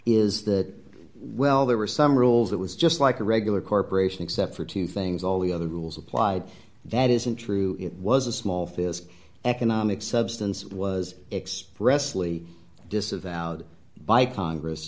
is that well there were some rules that was just like a regular corporation except for two things all the other rules applied that isn't true it was a small fist economic substance was expressly disavowed by congress